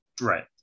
Right